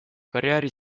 karjääri